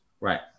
right